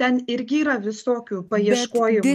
ten irgi yra visokių paieškojimų